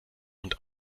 und